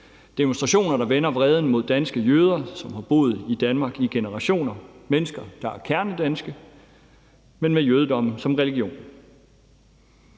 demonstrationer, der vender vreden mod danske jøder, som har boet i Danmark i generationer, mennesker, der er kernedanske, men med jødedommen som religion.